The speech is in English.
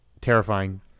terrifying